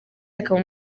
akaba